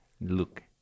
look